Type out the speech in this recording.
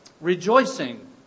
rejoicing